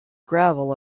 gravel